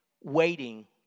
waiting